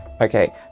Okay